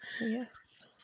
Yes